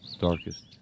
Darkest